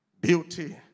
Beauty